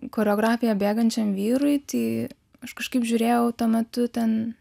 choreografiją bėgančiam vyrui tai aš kažkaip žiūrėjau tuo metu ten